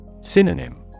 Synonym